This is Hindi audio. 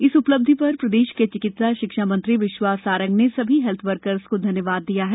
इस उपलब्धि पर प्रदेश के चिकित्सा शिक्षा मंत्री विश्वास सारंग ने सभी हेल्थ वर्कर्स को धन्यवाद दिया है